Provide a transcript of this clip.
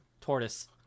tortoise